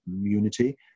unity